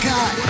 God